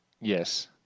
Yes